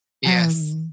yes